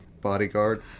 Bodyguard